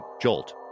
JOLT